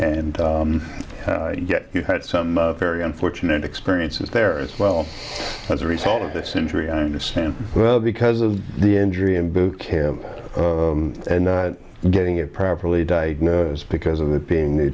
and yet you had some very unfortunate experiences there as well as a result of this injury i understand well because of the injury in boot camp and getting it properly diagnosed because of it being new